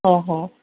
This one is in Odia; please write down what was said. ଓ ହୋ